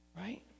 right